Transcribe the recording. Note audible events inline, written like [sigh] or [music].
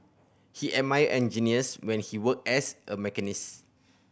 he admired engineers when he worked as a [unintelligible]